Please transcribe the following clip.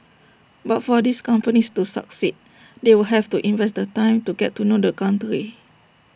but for these companies to succeed they will have to invest the time to get to know the country